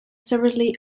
severely